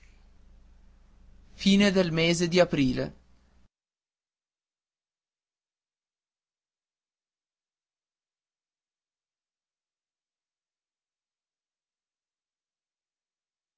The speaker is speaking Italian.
sera del mese di aprile